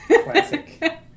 classic